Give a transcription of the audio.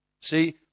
See